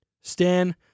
Stan